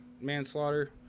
manslaughter